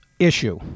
Issue